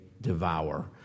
devour